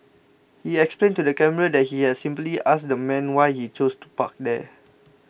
he explained to the camera that he had simply asked the man why he chose to park there